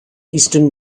easton